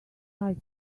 like